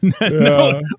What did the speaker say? No